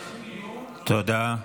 תודה.